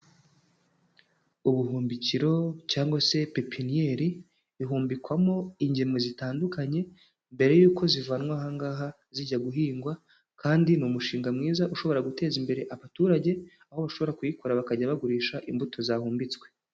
Ubuhumbikiro cyangwa se pepinyeri bihumbikwamo ingemwe zitandukanye, mbere y'uko zivanwahangaha zijya guhingwa kandi ni umushinga mwiza ushobora guteza imbere abaturage, aho bashobora kuyikora bakajya bagurisha imbuto zahumbitswe.